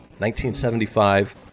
1975